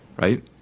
right